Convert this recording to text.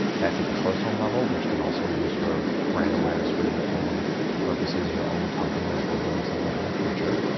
that's at the personal level, which can also be used for brand awareness for your own purposes, your own company, or if you're doing something in the future.